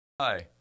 Hi